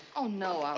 oh, no,